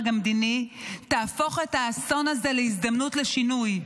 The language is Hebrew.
המדיני יהפכו את האסון הזה להזדמנות לשינוי.